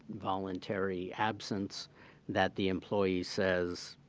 voluntary absence that the employee says,